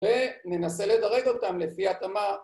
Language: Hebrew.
‫וננסה לדרג אותם לפי התמר.